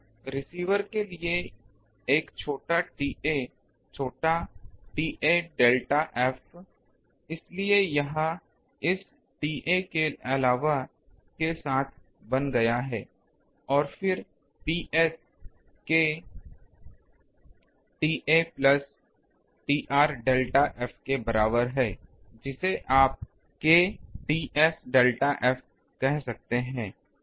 receiver के लिए एक TA छोटा TA डेल्टा f इसलिए यह इस TA के अलावा के साथ बन गया है और फिर Ps K TA plus Tr delta f के बराबर है जिसे आप K Ts डेल्टा f कह सकते हैं